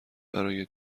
برای